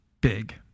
big